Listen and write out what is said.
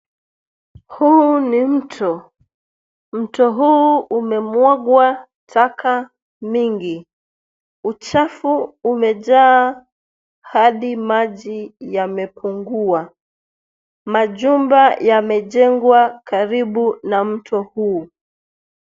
Huu ni mto, mto huu umemwangwa taka mingi, uchafu umejaa hadi maji yamepungua. Majumba yamejengwa karibu na mto huu.